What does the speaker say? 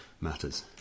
matters